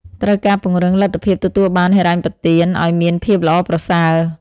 ត្រូវការពង្រឹងលទ្ធភាពទទួលបានហិរញ្ញប្បទានអោយមានភាពល្អប្រសើរ។